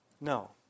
No